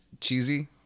cheesy